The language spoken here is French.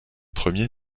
premiers